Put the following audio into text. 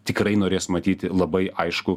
tikrai norės matyti labai aiškų